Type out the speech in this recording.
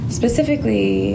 specifically